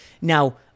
Now